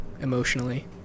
emotionally